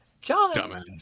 john